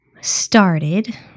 started